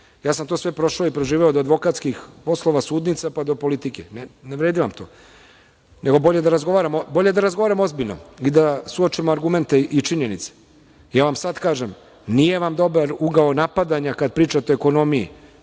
Sve sam to prošao i preživeo od advokatskih poslova, sudnica, pa do politike. Ne vredi vam to. Bolje da razgovaramo ozbiljno i da suočimo argumente i činjenice. Sad vam kažem – nije vam dobar ugao napadanja, kada pričate o ekonomiji.